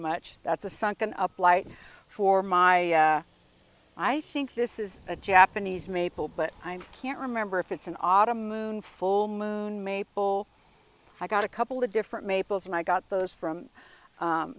much that's a sunken up light for my i think this is a japanese maple but i can't remember if it's an autumn moon full moon maple i got a couple of different maples and i got those from